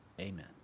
Amen